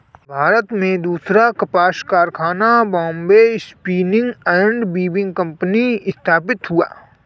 भारत में दूसरा कपास कारखाना Bombay spinning and weaving company स्थापित हुआ